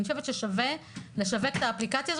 שווה לשווק את האפליקציה.